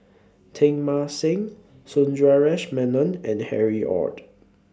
Teng Mah Seng Sundaresh Menon and Harry ORD